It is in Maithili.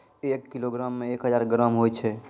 एक किलोग्रामो मे एक हजार ग्राम होय छै